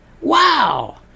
Wow